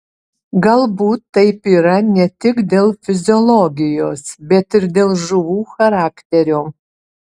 galbūt taip yra ne tik dėl fiziologijos bet ir dėl žuvų charakterio